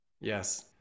Yes